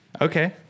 Okay